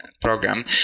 program